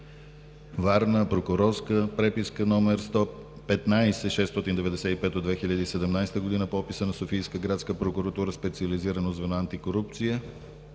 Варна, прокурорска преписка № 15-695 от 2017 г. по описа на Софийска градска прокуратура, специализирано звено „Антикорупция“